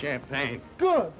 champagne good